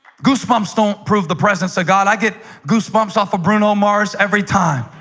goosebumps don't prove the presence of god i get goosebumps off a bruno mars every time